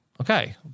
Okay